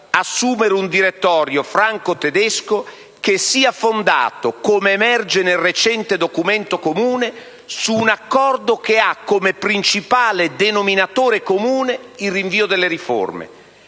assunta da un direttorio franco‑tedesco che sia fondato, come emerge nel recente documento comune, su un accordo avente come principale denominatore comune il rinvio delle riforme: